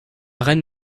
reine